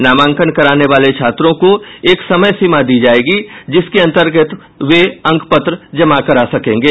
नामांकन कराने वाले छात्रों को एक समयसीमा दी गयी है जिसके अंतर्गत वे अंकपत्र जमा कर सकेंगे